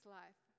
life